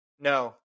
No